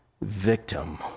victim